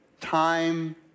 time